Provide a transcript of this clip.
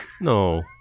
no